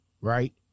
Right